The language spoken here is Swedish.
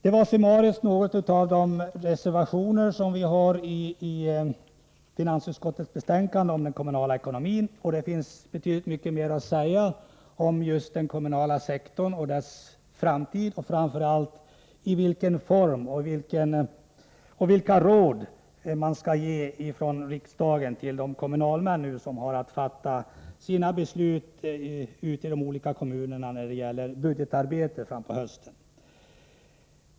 Det var en summarisk genomgång av några av de reservationer som vi har fogat till finansutskottets betänkande om den kommunala ekonomin. Det finns betydligt mycket mer att säga om just den kommunala sektorn och dess framtid. Det gäller framför allt vilka råd riksdagen nu skall ge till de kommunalmän ute i landets olika kommuner som fram på hösten har att fatta beslut om budgetarbetet. Herr talman!